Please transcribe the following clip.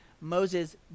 Moses